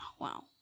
Wow